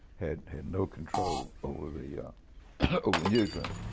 had had no control over the over the newsroom